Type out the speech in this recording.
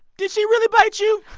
did she really bite you?